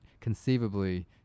conceivably